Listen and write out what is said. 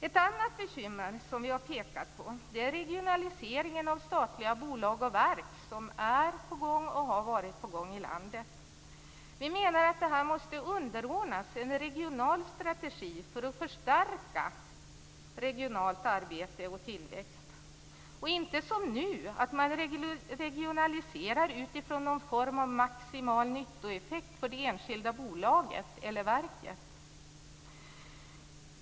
Ett annat bekymmer som vi har pekat på är regionaliseringen av statliga bolag och verk som är på gång och som har varit på gång i landet. Vi menar att det måste underordnas en regional strategi för att förstärka regionalt arbete och tillväxt och att man inte som nu regionaliserar utifrån någon form av maximal nyttoeffekt för det enskilda bolaget eller verket.